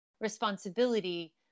responsibility